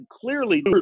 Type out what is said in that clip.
clearly